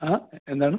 ആ എന്താണ്